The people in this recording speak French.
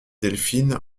delphine